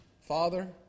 Father